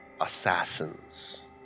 assassins